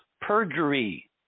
perjury